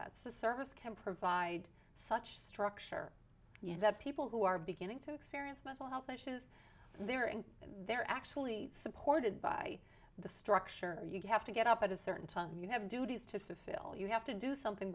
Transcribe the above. a service can provide such structure you know that people who are beginning to experience mental health issues there and they're actually supported by the structure you have to get up at a certain time you have duties to fulfil you have to do something